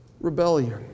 rebellion